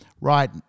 right